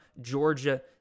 Georgia